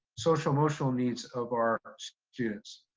social emotional needs of our students.